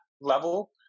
level